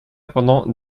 pendant